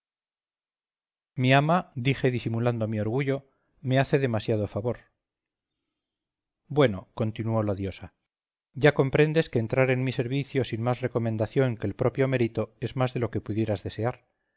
mi ama dije disimulando mi orgullo me hace demasiado favor bueno continuó la diosa ya comprendes que entrar en mi servicio sin más recomendación que el propio mérito es más de lo que pudieras desear